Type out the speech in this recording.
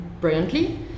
brilliantly